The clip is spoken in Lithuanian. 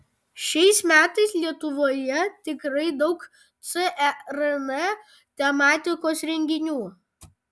šiais metais lietuvoje tikrai daug cern tematikos renginių